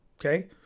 okay